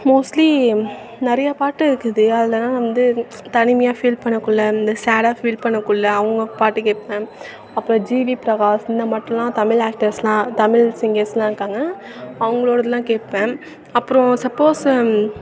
mostly நிறையா பாட்டு இருக்குது அதில்லாம் நான் வந்து தனிமையாக ஃபீல் பண்ணக்குள்ளே இந்த சேடாக ஃபீல் பண்ணக்குள்ளே அவங்க பாட்டு கேட்பேன் அப்புறம் ஜிவி பிரகாஷ் இந்த மாட்லாம் தமிழ் ஆக்டர்ஸ் எல்லாம் தமிழ் சிங்கர்ஸ் எல்லாம் இருக்காங்க அவங்களோடதுலாம் கேட்பேன் அப்புறோம் சப்போஸ்ஸு